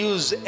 Use